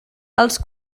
els